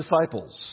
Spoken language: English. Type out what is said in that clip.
disciples